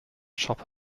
shop